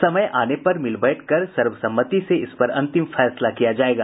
समय आने पर मिल बैठकर सर्वसम्मति पर इसपर अंतिम फैसला किया जायेगा